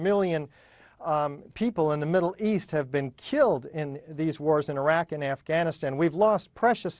million people in the middle east have been killed in these wars in iraq and afghanistan we've lost precious